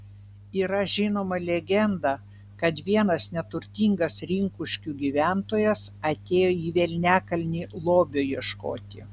yra žinoma legenda kad vienas neturtingas rinkuškių gyventojas atėjo į velniakalnį lobio ieškoti